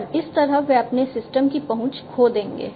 और इस तरह वे अपने सिस्टम की पहुंच खो देंगे